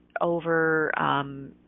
over